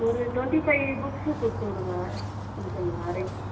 ஒரு twenty five books கொடுத்து விடுங்க இது பண்ணுங்க அரேஞ்ச் பண்ணுங்க